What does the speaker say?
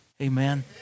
Amen